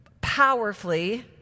powerfully